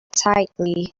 tightly